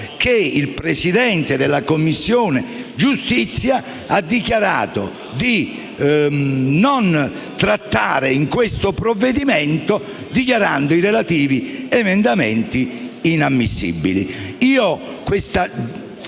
che il Presidente della Commissione giustizia ha deciso di non voler trattare in questo provvedimento, dichiarando i relativi emendamenti inammissibili.